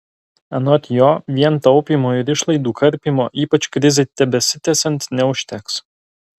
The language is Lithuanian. anot jo vien taupymo ir išlaidų karpymo ypač krizei tebesitęsiant neužteks